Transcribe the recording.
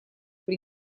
при